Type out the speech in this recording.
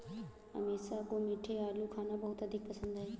अमीषा को मीठे आलू खाना बहुत अधिक पसंद है